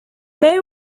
may